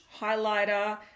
highlighter